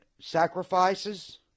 sacrifices